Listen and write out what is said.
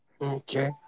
Okay